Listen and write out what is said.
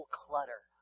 clutter